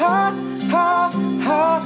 Ha-ha-ha